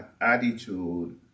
attitude